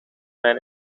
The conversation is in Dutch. mijn